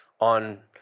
on